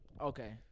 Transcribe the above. Okay